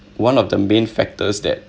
one of the main factors that